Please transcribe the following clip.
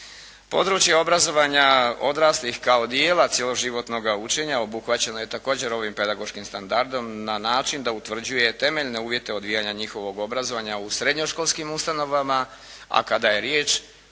Područje obrazovanja odraslih kao dijela cijelo životnoga učenja obuhvaćeno je također ovim pedagoškim standardom na način da utvrđuje temeljne uvjete odvijanja njihovog obrazovanja u srednjoškolskim ustanovama, a kada je riječ